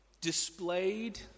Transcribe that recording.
displayed